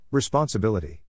Responsibility